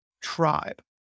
tribe